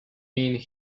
been